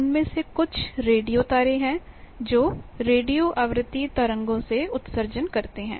उनमें से कुछ रेडियो तारे हैं जो रेडियो आवृत्ति तरंगों का उत्सर्जन करते हैं